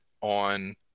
on